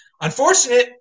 Unfortunate